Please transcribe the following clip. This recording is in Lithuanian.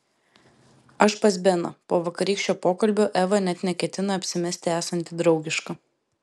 aš pas beną po vakarykščio pokalbio eva net neketina apsimesti esanti draugiška